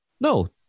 No